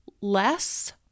less